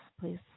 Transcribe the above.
please